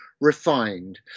refined